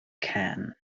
can